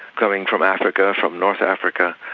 coming from africa, from north africa,